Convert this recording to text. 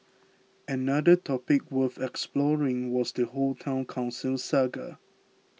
another topic worth exploring was the whole Town Council saga